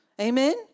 Amen